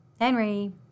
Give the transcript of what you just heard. Henry